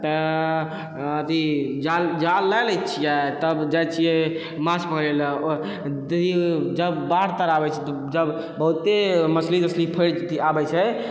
तऽ अथी जाल जाल लऽ लै छिए तब जाइ छिए माँछ पकड़ैलए जब बाढ़ ताढ़ आबै छै तऽ तब बहुते मछली वछलि आबै छै